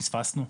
פספסנו.